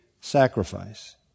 sacrifice